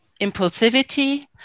impulsivity